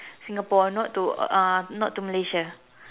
Singapore not to uh not to Malaysia